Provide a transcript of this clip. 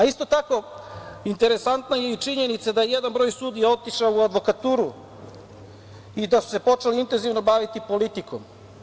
Isto tako interesantna je i činjenica da je jedan broj sudija otišao u advokaturu i da se počeo intenzivno baviti politikom.